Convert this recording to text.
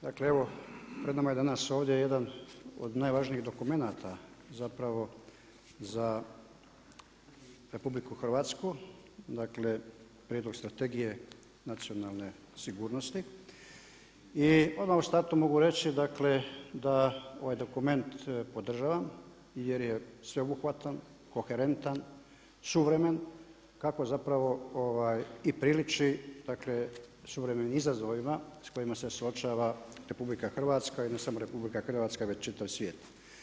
Dakle evo pred nama je danas ovdje jedan od najvažnijih dokumenata zapravo za RH dakle Prijedlog strategije nacionalne sigurnosti i odmah u startu mogu reći dakle da ovaj dokument podržavam jer je sveobuhvatan, koherentan, suvremen kako zapravo i priliči dakle suvremenim izazovima s kojima se suočava RH i ne samo RH već čitav svijet.